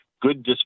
Good